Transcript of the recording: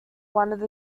one